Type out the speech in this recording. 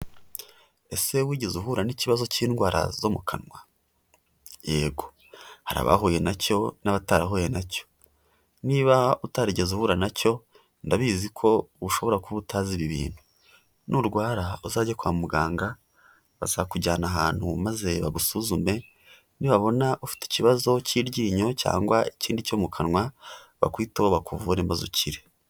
Ese wigeze uhura n'ikibazo cy'indwara zo mu kanwa? yego, hari abahuye na cyo n'abatarahuye na cyo, niba utarigeze uhura na cyo, ndabizi ko ushobora kuba utazi ibi bintu, nurwara uzajye kwa muganga, bazakujyana ahantu maze bagusuzume, nibabona ufite ikibazo cy'iryinyo cyangwa ikindi cyo mu kanwa, bakwiteho bakuvure maze ukire.